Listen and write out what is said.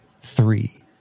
three